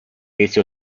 pesi